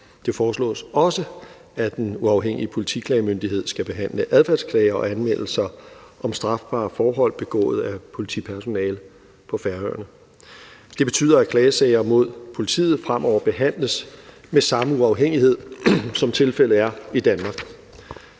Det foreslås også, at Den Uafhængige Politiklagemyndighed skal behandle adfærdsklager og anmeldelser om strafbare forhold begået af politipersonale på Færøerne. Det betyder, at klagesager mod politiet fremover behandles med samme uafhængighed, som tilfældet er i Danmark.